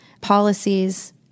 policies